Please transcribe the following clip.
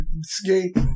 skate